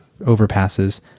overpasses